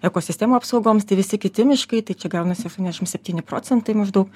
ekosistemų apsaugoms tai visi kiti miškai tai čia gaunasi septyniasdešimt septyni procentai maždaug